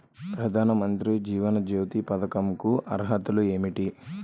ప్రధాన మంత్రి జీవన జ్యోతి పథకంకు అర్హతలు ఏమిటి?